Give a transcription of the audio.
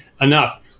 enough